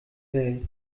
welt